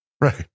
right